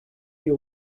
you